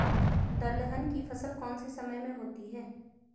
दलहन की फसल कौन से समय में होती है?